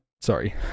Sorry